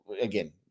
again